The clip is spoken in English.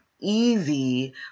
easy